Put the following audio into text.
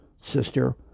sister